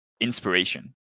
inspiration